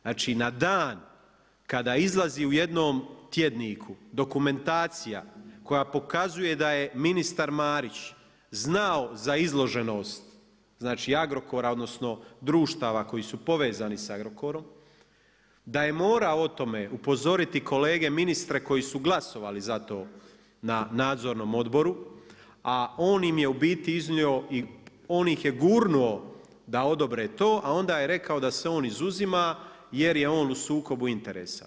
Znači na dan kada izlazi u jednom tjedniku dokumentacija koja pokazuje da je ministar Marić znao za izloženost Agrokora odnosno društava koji su povezani sa Agrokorom, da je morao o tome upozoriti kolege ministre koji su glasovali za to na Nadzornom odboru, a on im je u biti iznio i on ih je gurnuo da odobre to, a onda je rekao da se on izuzima jer je on u sukobu interesa.